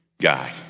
guy